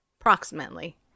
Approximately